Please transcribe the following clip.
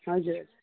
हजुर